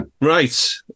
right